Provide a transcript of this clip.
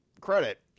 credit